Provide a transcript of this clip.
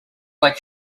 like